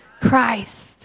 Christ